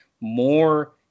more